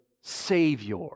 Savior